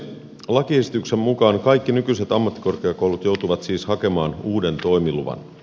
lakiesityksen mukaan kaikki nykyiset ammattikorkeakoulut joutuvat siis hakemaan uuden toimiluvan